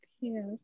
Yes